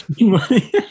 Money